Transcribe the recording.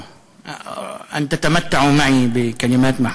אתה לא מתרגם את זה?